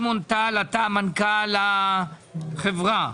טל שמעון, מנכ"ל החברה,